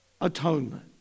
atonement